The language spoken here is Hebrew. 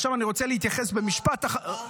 עכשיו אני רוצה להתייחס במשפט אחרון --- תודה.